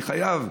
אני חייב,